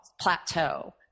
plateau